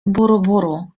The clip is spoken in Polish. buruburu